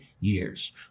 years